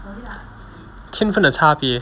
天分的差别